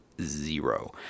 zero